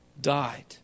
died